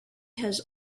has